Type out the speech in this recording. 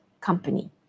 company